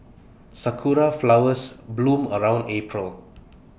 Sakura Flowers bloom around April